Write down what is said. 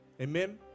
Amen